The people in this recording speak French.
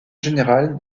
général